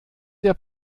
der